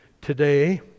today